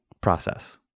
process